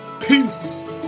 Peace